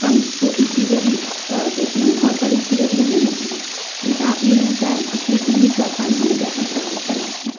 कम छोटी चीज़ें भी देते हैं और बड़ी चीज़ें भी हमें मिलती हैं जैसा आप लेना चाहे स्टेशनरी शॉप वाले हमें वैसा प्रोवाइड करवाते हैं